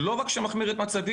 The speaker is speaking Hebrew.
לא רק שמחמיר את מצבי.